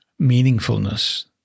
meaningfulness